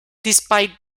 despite